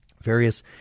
various